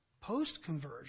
post-conversion